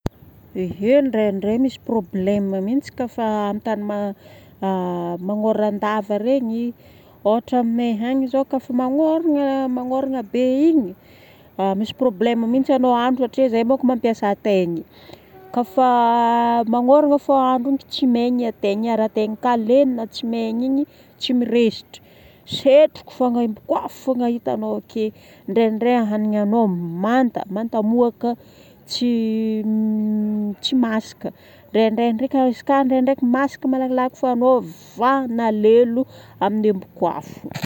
Ehe ndraindray misy problème mihitsy kafa amin'ny tany ma- magnoran-dava regny. Ôhatra aminay agny zao kafa magnôragna, magnôragna be igny, misy problème mihitsy anao hahandro satria zahay boko mampiasa ataigny. Kafa magnoragna fô andro tsy maigny ataigny igny. Ary atigny koa legna tsy maigny igny tsy mirezitry. Setroko fogna aimboafo fogna hitanao ake. Ndraindray ny hanignanao manta, manta mohaka tsy tsy masaka. Ndraindray ndraika izy ka ndraindraiky masaka malakilaky fa anao ivoahagna lelo amin'ny embok'afo.